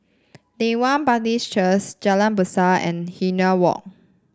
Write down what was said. Leng Kwang Baptist Cheers Jalan Besar and Hindhede Walk